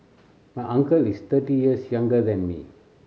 my uncle is thirty years younger than me